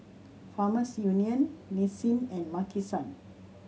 Farmers Union Nissin and Maki San